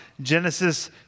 Genesis